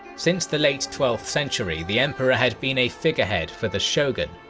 since the late twelfth century the emperor had been a figurehead for the shogun,